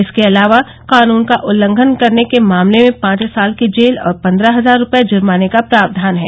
इसके अलावा कानून का उल्लंघन करने के मामले में पांच साल की जेल और पन्द्रह हजार रूपये जुर्माने का प्रावधान है